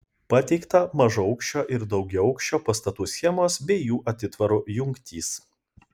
pateikta mažaaukščio ir daugiaaukščio pastatų schemos bei jų atitvarų jungtys